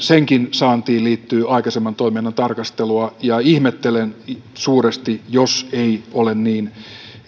saantiin liittyy aikaisemman toiminnan tarkastelua ihmettelen suuresti jos ei ole niin